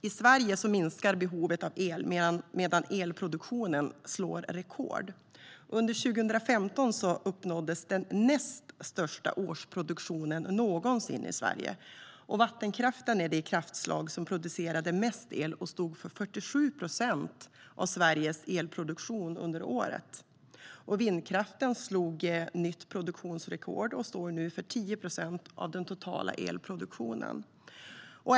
I Sverige minskar behovet av el, medan elproduktionen slår rekord. Under 2015 uppnåddes den näst största årsproduktionen någonsin i Sverige. Vattenkraften var det kraftslag som producerade mest el och stod för 47 procent av Sveriges elproduktion under året. Vindkraften slog nytt produktionsrekord och står nu för 10 procent av den totala elproduktionen.